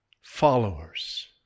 followers